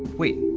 wait.